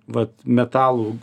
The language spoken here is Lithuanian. vat metalų